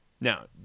Now